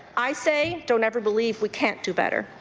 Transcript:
i say don't ever believe we can't do better.